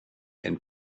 and